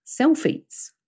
selfies